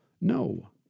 No